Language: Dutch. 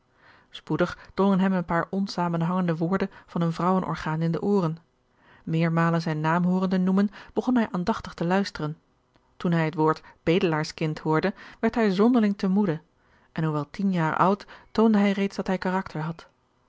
spoedig drongen hem een paar onzamenhangende woorden van een vrouwenorgaan in de ooren meermalen zijn naam hoorende noemen begon hij aandachtig te luisteren toen hij het woord bedelaarskind hoorde werd hij zonderling te moede en hoewel tien jaren oud toonde hij reeds dat hij karakter had